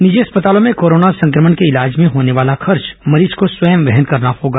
निजी अस्पतालों में कोरोना संक्रमण के इलाज में होने वाला खर्च मरीज को स्वयं वहन करना होगा